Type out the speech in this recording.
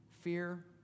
fear